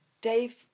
Dave